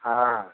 हाँ